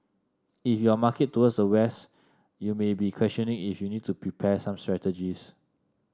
if your market towards the West you may be questioning if you need to prepare some strategies